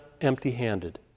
empty-handed